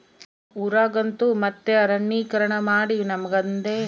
ನಮ್ಮ ಊರಗಂತೂ ಮತ್ತೆ ಅರಣ್ಯೀಕರಣಮಾಡಿ ನಮಗಂದೆ ಅಲ್ದೆ ಪ್ರಾಣಿ ಪಕ್ಷಿಗುಳಿಗೆಲ್ಲ ಬಾರಿ ಅನುಕೂಲಾಗೆತೆ